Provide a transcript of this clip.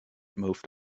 moved